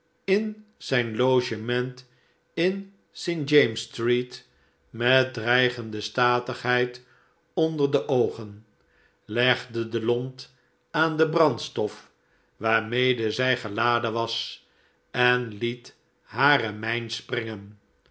in zijn logement in st james str eet met dreigende statigheld onder de oogen legde de lont aan de brandstof waarmede zijgeladen was en het hare mijn springeh